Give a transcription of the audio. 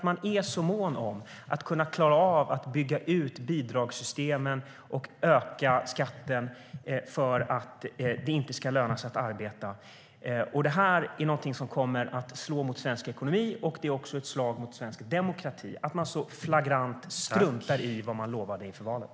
Man är så mån om att kunna klara av att bygga ut bidragssystemen och öka skatten för att det inte ska löna sig att arbeta. Detta är någonting som kommer att slå mot svensk ekonomi. Det är också ett slag mot svensk demokrati att man så flagrant struntar i vad man lovade inför valet.